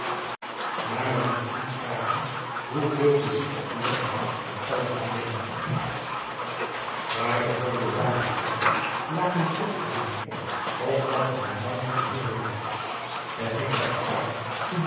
maar men moest niet vragen hoeveel physieke ellende dat alles verborg fraai gevormde damesarmen lagen vochtig en klam op nattige mouwen van heeren jassen de